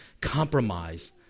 compromise